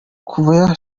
kuva